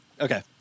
okay